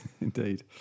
Indeed